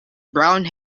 brown